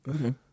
Okay